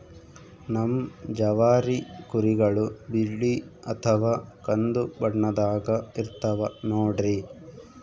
ನಮ್ ಜವಾರಿ ಕುರಿಗಳು ಬಿಳಿ ಅಥವಾ ಕಂದು ಬಣ್ಣದಾಗ ಇರ್ತವ ನೋಡ್ರಿ